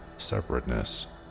separateness